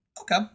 okay